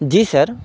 جی سر